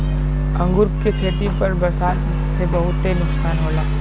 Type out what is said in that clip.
अंगूर के खेती पर बरसात से बहुते नुकसान होला